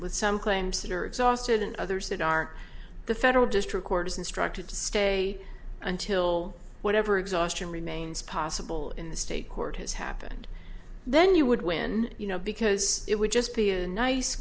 with some claims that are exhausted and others that are the federal district court is instructed to stay until whatever exhaustion remains possible in the state court has happened then you would win you know because it would just be a nice